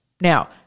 Now